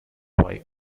wai